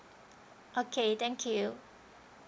okay thank you